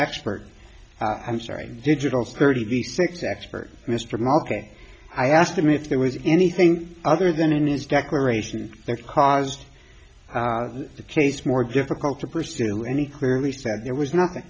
hurt i'm sorry digitals thirty six expert mr malki i asked him if there was anything other than his declaration that caused the case more difficult to pursue any clearly said there was nothing